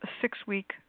six-week